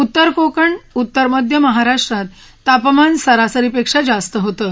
उत्तर कोकण उत्तर मध्य महाराष्ट्रात तापमान सरासरीपेक्षा जास्त होतं